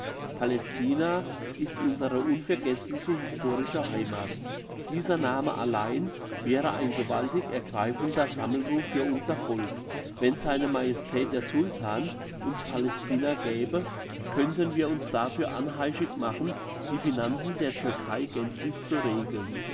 palästina ist unsere unvergessliche historische heimat dieser name allein wäre ein gewaltig ergreifender sammelruf für unser volk wenn seine majestät der sultan uns palästina gäbe könnten wir uns dafür anheischig machen die finanzen der türkei gänzlich zu regeln